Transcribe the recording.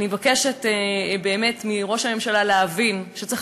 אני מבקשת באמת מראש הממשלה להבין שצריך